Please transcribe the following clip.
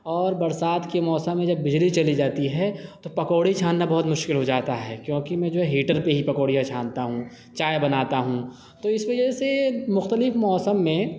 اور برسات کے موسم میں جب بجلی چلی جاتی ہے تو پکوڑی چھاننا بہت مشکل ہو جاتا ہے کیوںکہ میں جو ہے ہیٹر پہ ہی پکوڑیاں چھانتا ہوں چائے بناتا ہوں تو اس وجہ سے مختلف موسم میں